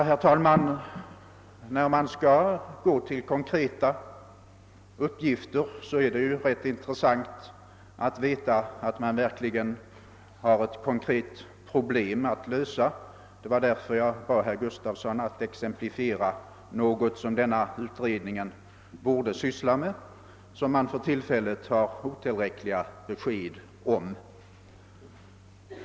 Herr talman! När det förs fram ett förslag om utredning, är det ju av intresse att få veta, att det finns något konkret problem att lösa. Det var därför jag bad herr Gustafson i Göteborg att ge exempel på något som denna utredning borde syssla med, vilket man för tillfället har otillräckliga besked om.